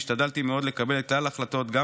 והשתדלתי מאוד לקבל את ההחלטות גם